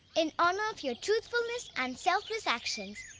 in honor of your truthfulness and selfless actions,